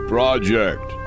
Project